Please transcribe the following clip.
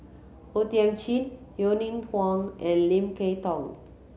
O Thiam Chin Yeo Ning Huang and Lim Kay Tong